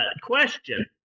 question